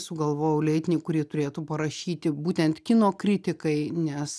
sugalvojau leidinį kurį turėtų parašyti būtent kino kritikai nes